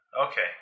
Okay